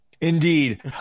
Indeed